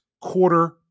quarter